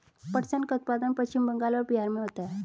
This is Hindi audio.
पटसन का उत्पादन पश्चिम बंगाल और बिहार में होता है